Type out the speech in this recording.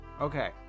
Okay